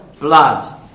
blood